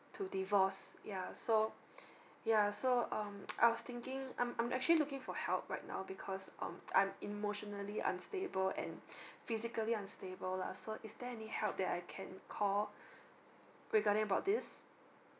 to divorce yeah so yeah so um I was thinking I'm I'm actually looking for help right now because um I'm emotionally unstable and physically unstable lah so is there any help that I can call regarding about this